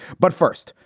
but first,